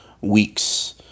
weeks